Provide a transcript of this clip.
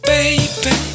Baby